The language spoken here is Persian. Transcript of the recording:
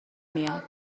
میاد